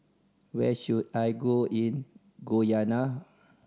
where should I go in Guyana